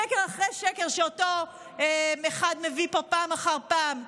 שקר אחרי שקר שאותו אחד מביא פה פעם אחר פעם.